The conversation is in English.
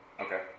Okay